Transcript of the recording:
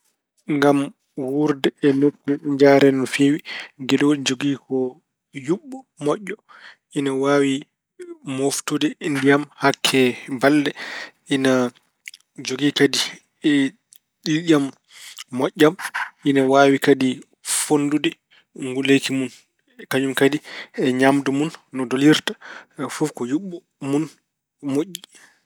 Ngam wuurde e nokku njareede no feewi gelooɗi njogii ko yuɓɓo moƴƴo. Ina waawi mooftude ndiyam hakke balɗe. Ina jogii kadi ƴiiƴam moƴƴam. Ina waawi kadi fonndude nguleeki mon. Kañum kadi e ñaamdu mon no dolirta, fof ko yuɓɓo mun moƴƴi.